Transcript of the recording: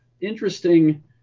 interesting